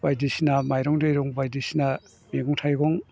बायदिसिना माइरं दैरं बायदिसिना मैगं थाइगं